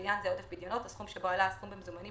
לעניין זה "עודף פדיונות" הסכום שבו עלה הסכום במזומנים